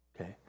Okay